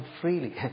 freely